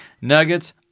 Nuggets